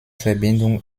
verbindung